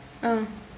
ah